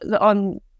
on